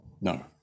No